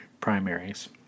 primaries